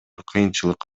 кыйынчылык